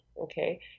Okay